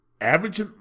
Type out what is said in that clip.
average